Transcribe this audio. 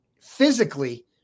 Physically